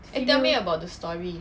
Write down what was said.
eh tell me about the story